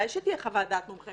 מומחה